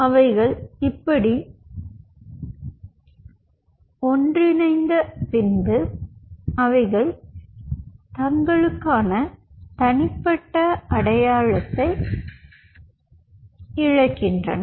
அவைகள் இப்படி ஒன்றிணைந்த பின் அவைகள் தங்கள் தனிப்பட்ட அடையாளத்தை இழக்கின்றன